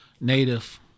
Native